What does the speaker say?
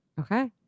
Okay